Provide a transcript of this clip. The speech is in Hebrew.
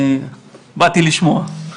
באתי לשמוע.